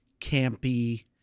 campy